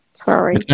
Sorry